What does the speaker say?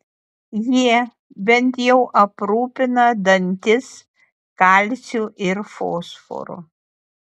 jie bent jau aprūpina dantis kalciu ir fosforu